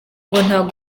ntabwo